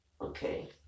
okay